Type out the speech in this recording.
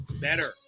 better